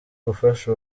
gufasha